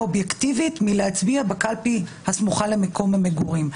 אובייקטיבית מלהצביע בקלפי הסמוכה למקום המגורים.